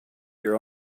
your